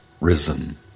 risen